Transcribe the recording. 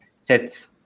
sets